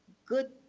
good,